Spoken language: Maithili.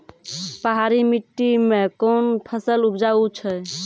पहाड़ी मिट्टी मैं कौन फसल उपजाऊ छ?